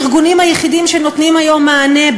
הארגונים היחידים שנותנים היום מענה,